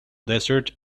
desert